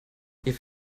ihr